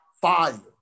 fire